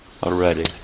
Already